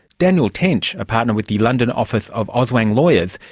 daniel tench, a partner with the london office of olswang lawyers,